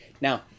Now